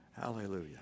Hallelujah